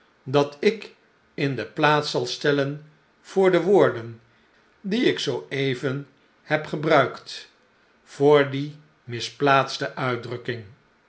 dat ik in de plaats zal stellen voor de woorden die ik zoo even heb gebruikt voor die misplaatste uitdrukking